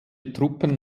truppen